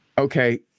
okay